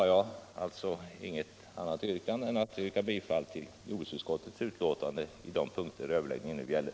Jag har inget annat yrkande än om bifall till jordbruksutskottets hemställan i de punkter överläggningen nu gäller.